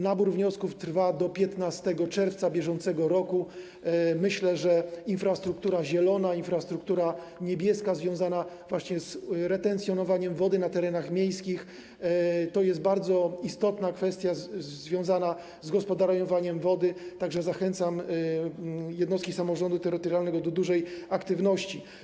Nabór wniosków trwa do 15 czerwca br. Myślę, ze infrastruktura zielona, infrastruktura niebieska związana z retencjonowaniem wody na terenach miejskich to jest bardzo istotna kwestia dotycząca gospodarowania wodą, tak że zachęcam jednostki samorządu terytorialnego do dużej aktywności.